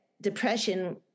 depression